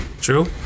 True